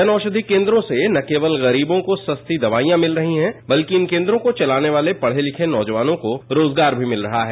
जन औषधि केन्द्रों से न केवल गरीबों को सस्ती दवाईयां मिल रही हैं बल्कि इन केन्द्रों को चलाने वाले पढ़े लिखे नौजवानों को रोजगार भी मिल रहा है